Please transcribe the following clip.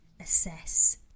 assess